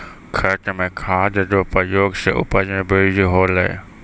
खेत मे खाद रो प्रयोग से उपज मे बृद्धि होलै